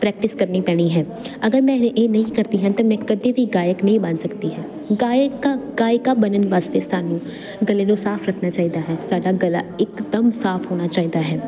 practice ਕਰਨੀ ਪੈਣੀ ਹੈ ਅਗਰ ਮੈਂ ਇਹ ਨਹੀਂ ਕਰਦੀ ਹਾਂ ਤਾਂ ਮੈਂ ਕਦੇ ਵੀ ਗਾਇਕ ਨਹੀਂ ਬਣ ਸਕਦੀ ਹਾਂ ਗਾਇਕਾ ਗਾਇਕਾ ਬਣਨ ਵਾਸਤੇ ਸਾਨੂੰ ਗਲੇ ਨੂੰ ਸਾਫ ਰੱਖਣਾ ਚਾਹੀਦਾ ਹੈ ਸਾਡਾ ਗਲਾ ਇਕਦਮ ਸਾਫ ਹੋਣਾ ਚਾਹੀਦਾ ਹੈ